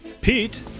Pete